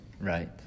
Right